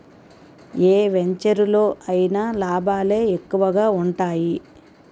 ఏ వెంచెరులో అయినా లాభాలే ఎక్కువగా ఉంటాయి